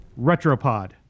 Retropod